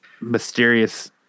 mysterious